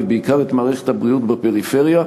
ובעיקר את מערכת הבריאות בפריפריה,